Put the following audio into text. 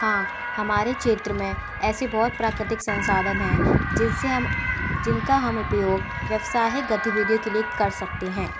हाँ हमारे क्षेत्र में ऐसे बहुत प्राकृतिक संसाधन हैं जिनसे हम जिनका हम उपयोग व्यावसायिक गतिविधियों के लिए कर सकते हैं